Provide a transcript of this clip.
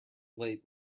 late